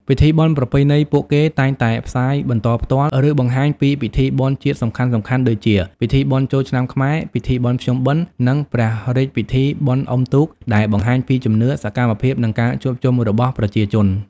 ពិធីបុណ្យប្រពៃណីពួកគេតែងតែផ្សាយបន្តផ្ទាល់ ឬបង្ហាញពីពិធីបុណ្យជាតិសំខាន់ៗដូចជា ពិធីបុណ្យចូលឆ្នាំខ្មែរ ពិធីបុណ្យភ្ជុំបិណ្ឌ និង ព្រះរាជពិធីបុណ្យអុំទូក ដែលបង្ហាញពីជំនឿ សកម្មភាព និងការជួបជុំរបស់ប្រជាជន។